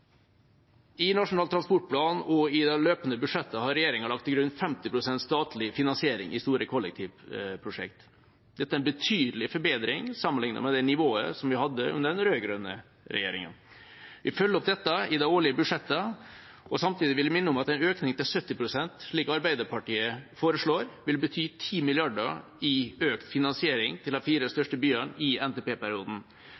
I Nasjonal transportplan og i de løpende budsjetter har regjeringa lagt til grunn 50 pst. statlig finansiering av store kollektivprosjekter. Dette er en betydelig forbedring sammenlignet med det nivået som vi hadde under den rød-grønne regjeringa. Vi følger opp dette i de årlige budsjettene. Samtidig vil jeg minne om at en økning til 70 pst., som Arbeiderpartiet foreslår, vil i NTP-perioden bety 10 mrd. kr i økt finansiering til de fire